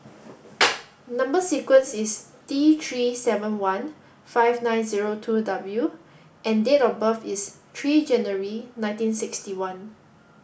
number sequence is T three seven one five nine zero two W and date of birth is three January nineteen sixty one